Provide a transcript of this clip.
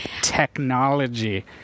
Technology